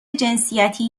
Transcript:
جنسیتی